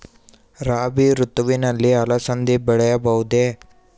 ರಾಭಿ ಋತುವಿನಲ್ಲಿ ಅಲಸಂದಿ ಬೆಳೆಯಬಹುದೆ?